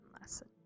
lesson